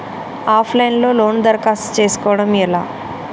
Of line లో loan దరఖాస్తు చేసుకోవడం ఎలా?